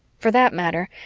for that matter,